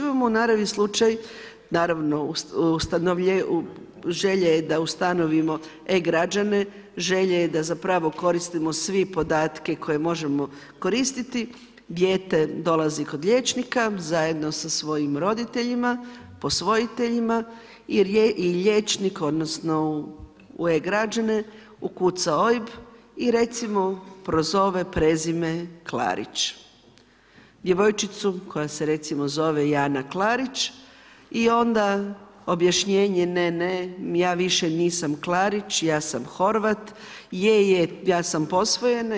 Imamo u naravi slučaj naravno želja je da ustanovimo e-Građane, želja je da koristimo svi podatke koje možemo koristiti, dijete dolazi kod liječnika zajedno sa svojim roditeljima, posvojiteljima i liječnik u e-Građane ukuca OIB i recimo prozove prezime Klarić, djevojčicu koja se recimo zove Jana Klarić i onda objašnjenje ne, ne ja više nisam Klarić ja sam Horvat, je, je ja sam posvojena.